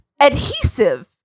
adhesive